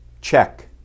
Check